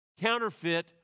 counterfeit